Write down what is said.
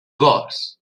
gos